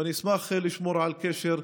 ואני אשמח לשמור על קשר,